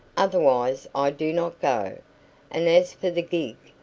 otherwise i do not go and as for the gig,